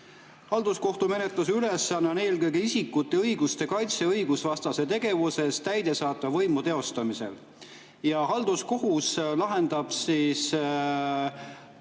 "Halduskohtumenetluse ülesanne on eelkõige isikute õiguste kaitse õigusvastase tegevuse eest täidesaatva võimu teostamisel." Halduskohus lahendab asja